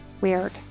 weird